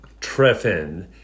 Triffin